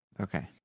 Okay